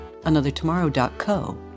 anothertomorrow.co